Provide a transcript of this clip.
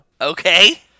Okay